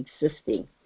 existing